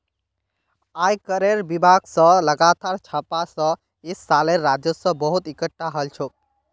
आयकरेर विभाग स लगातार छापा स इस सालेर राजस्व बहुत एकटठा हल छोक